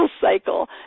cycle